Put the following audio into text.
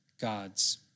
God's